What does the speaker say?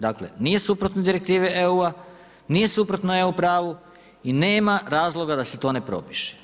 Dakle nije suprotno direktivi EU-a, nije suprotno EU pravu i nema razloga da se to ne propiše.